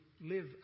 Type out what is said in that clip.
live